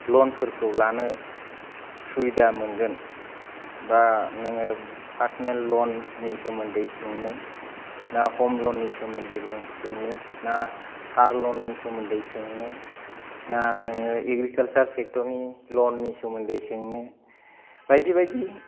लनफोरखौ लानो सुबिदा मोनगोन बा नोङो पार्सनेल लननि सोमोन्दै सोंनो ना हम लननि सोमोन्दै सोंनो ना कार लननि सोमोन्दै सोंनो ना नोङो एग्रिकालचार सेक्टरनि लननि सोमोन्दै सोंनो बायदि बायदि